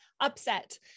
upset